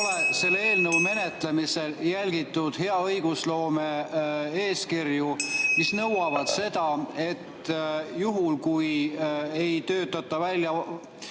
kella.) selle eelnõu menetlemisel järgitud hea õigusloome eeskirju, mis nõuavad seda, et juhul kui ei töötata välja